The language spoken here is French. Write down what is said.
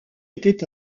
était